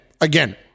again